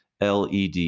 LED